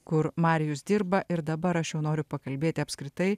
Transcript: kur marijus dirba ir dabar aš jau noriu pakalbėti apskritai